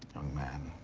young man.